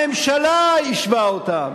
הממשלה יישבה אותם.